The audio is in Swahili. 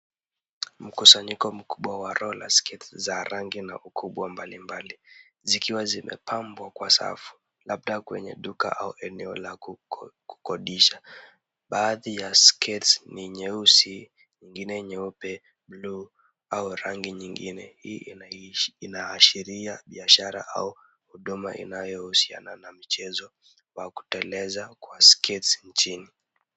Mkusanyiko mkubwa wa roller skates za rangi na ukubwa mbalimbali, zikiwa zimepambwa kwa safu. Labda kwenye duka au eneo la kukodisha. Baadhi ya skates ni nyeusi, nyingine nyeupe, bluu, au rangi nyingine. Hii inaashiria biashara au huduma inayohusiana na mchezo, kwa kuteleza wa skates nchini.